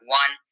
one